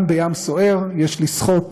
גם בים סוער יש לשחות